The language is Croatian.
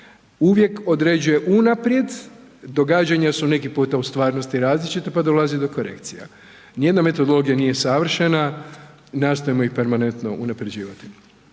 uvijek određuje unaprijed događanja su neki puta u stvarnosti različita pa dolazi do korekcija. Ni jedna metodologija nije savršena, nastojimo ju permanentno unapređivati.